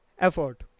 effort